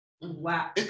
Wow